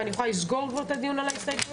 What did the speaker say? אני יכולה לסגור כבר את הדיון על ההסתייגויות?